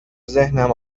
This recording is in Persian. ذهنم